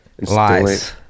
lies